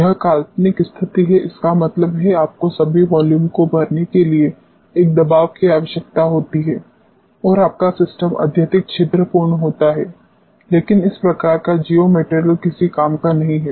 यह काल्पनिक स्थिति है इसका मतलब है आपको सभी वॉल्यूम को भरने के लिए एक दबाव की आवश्यकता होती है और आपका सिस्टम अत्यधिक छिद्रपूर्ण होता है लेकिन इस प्रकार का जियोमटेरिअल किसी काम का नहीं है